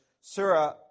Surah